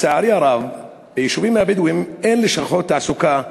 לצערי הרב, ביישובים הבדואיים אין לשכות תעסוקה,